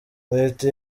leta